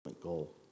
goal